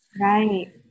right